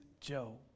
Joe